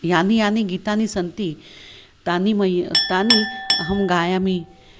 यानि यानि गीतानि सन्ति तानि मह्यं तानि अहं गायामि